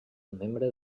membre